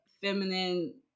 feminine